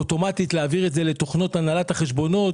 אוטומטית להעביר את זה לתוכנות הנהלת החשבונות